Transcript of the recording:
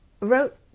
wrote